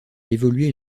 évolué